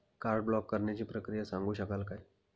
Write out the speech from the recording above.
Card block करण्याची प्रक्रिया सांगू शकाल काय?